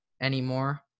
anymore